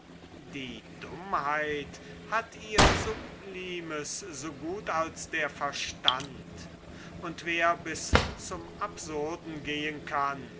die dummheit hat ihr sublimes so gut als der verstand und wer darin bis zum absurden gehen kann